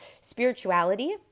spirituality